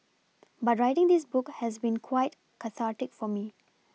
but writing this book has been quite cathartic for me